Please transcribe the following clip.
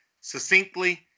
succinctly